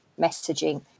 messaging